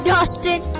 Dustin